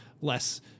less